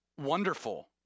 wonderful